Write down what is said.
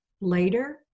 later